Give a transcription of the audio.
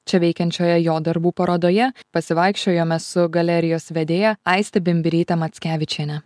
čia veikiančioje jo darbų parodoje pasivaikščiojome su galerijos vedėja aiste bimbiryte mackevičiene